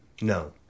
No